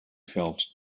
felt